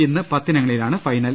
ഇന്ന് പത്തിനങ്ങളിലാണ് ഫൈനൽ